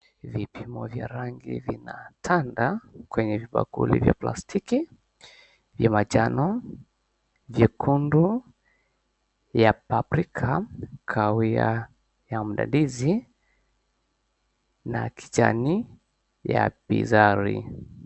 Vipimo vya rangi vinatanda kwenye vibakuli vya plastiki vya manjano, vyekundu vya paprika, kahawia ya mdadisi na kijani ya bizari.